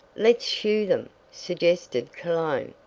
let's shoo them, suggested cologne.